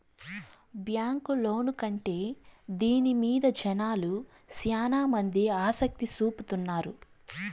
bank loan కంటే దీని మీద జనాలు శ్యానా మంది ఆసక్తి చూపుతున్నారు